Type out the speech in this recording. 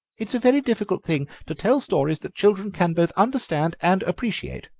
it's a very difficult thing to tell stories that children can both understand and appreciate,